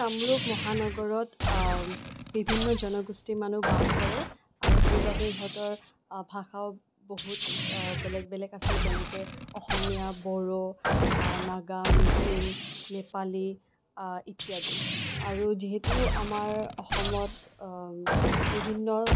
কামৰূপ মহানগৰত বিভিন্ন জনগোষ্ঠীয় মানুহ বাস কৰে আৰু সেইবাবেই ইহঁতৰ ভাষাও বহুত বেলেগ বেলেগ আছে যেনেকৈ অসমীয়া বড়ো নাগা মিচিং নেপালী ইত্যাদি আৰু যিহেতু আমাৰ অসমত বিভিন্ন